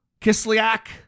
Kislyak